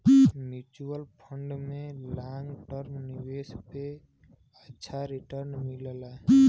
mutual fund में long term निवेश पे अच्छा रीटर्न मिलला